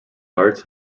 arts